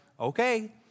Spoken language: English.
okay